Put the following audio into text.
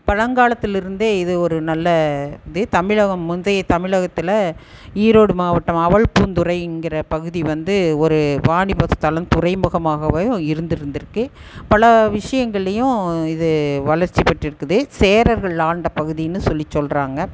பழங்காலத்திலிருந்தே இது ஒரு நல்ல இது தமிழகம் முந்தைய தமிழகத்தில் ஈரோடு மாவட்டம் அவள்பூந்துரைங்கிற பகுதி வந்து ஒரு வாணிப ஸ்தலம் துறைமுகமாகவும் இருந்திருக்கு பல விஷயங்கள்ளையும் இது வளர்ச்சி பெற்றிருக்குது சேரர்கள் ஆண்ட பகுதின்னு சொல்லி சொல்கிறாங்க